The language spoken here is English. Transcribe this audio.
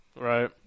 Right